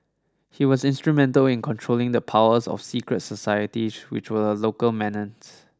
he was instrumental in controlling the powers of secret societies which were a local menace